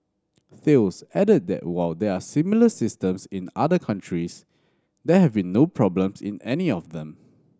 Thales added that while there are similar systems in other countries there have been no problems in any of them